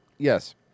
Yes